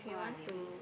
oh I don't know